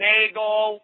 Nagel